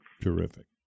Terrific